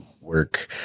work